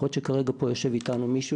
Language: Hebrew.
יכול להיות שכרגע פה יושב איתנו מישהו